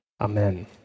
Amen